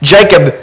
Jacob